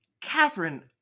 Catherine